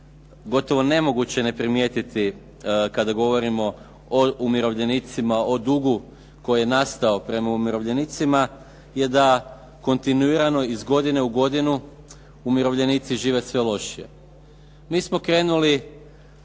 gotovo nemoguće ne primjetiti kada govorimo o umirovljenicima, o dugu koji je nastao prema umirovljenicima je da kontinuirano, iz godine u godinu, umirovljenici žive sve lošije. Mi smo krenuli,